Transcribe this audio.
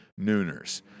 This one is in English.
nooners